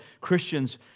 Christians